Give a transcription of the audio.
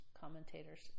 commentators